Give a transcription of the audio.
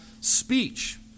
speech